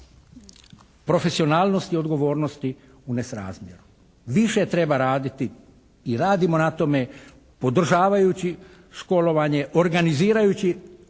profesionalnosti i odgovornosti u nesrazmjeru. Više treba raditi i radimo na tome održavajući školovanje, organizirajući